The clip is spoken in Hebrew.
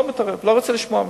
לא מתערב, לא רוצה לשמוע מזה.